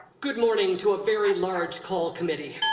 good morning to a very large call committee.